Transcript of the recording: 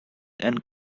and